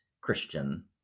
Christian